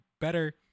better